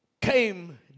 came